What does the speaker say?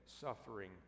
suffering